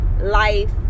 life